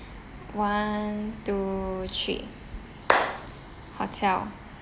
one two three hotel